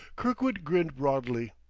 kirkwood grinned broadly,